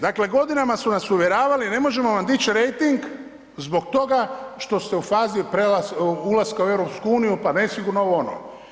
Dakle, godinama su nas uvjeravali ne možemo vam dići rejting zbog toga što ste u fazi ulaska u EU, pa nesigurno ovo ono.